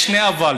יש שני "אבלים":